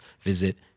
visit